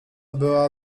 była